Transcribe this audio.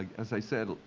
like as i said,